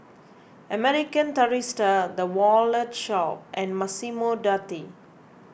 American Tourister the Wallet Shop and Massimo Dutti